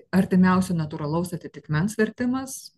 artimiausio natūralaus atitikmens vertimas